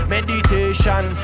Meditation